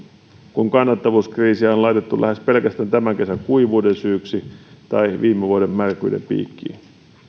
kun kannattavuuskriisiä on laitettu lähes pelkästään tämän kesän kuivuuden syyksi tai viime vuoden märkyyden piikkiin